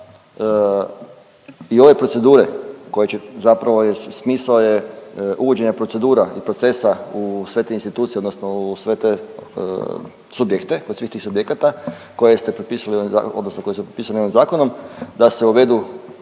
i ove procedure koje će zapravo, smisao je uvođenja procedura i procesa u sve te institucije, odnosno u sve te subjekte kod svih tih subjekata, koje ste potpisali, odnosno koji su propisani ovim zakonom, da se uvedu